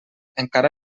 encara